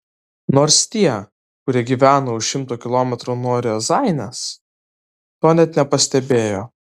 nors tie kurie gyvena už šimto kilometrų nuo riazanės to net nepastebėjo